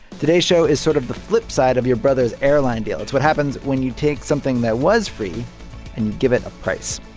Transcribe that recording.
today's show is sort of the flip side of your brother's airline deal. it's what happens when you take something that was free and you give it a price.